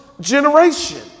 generation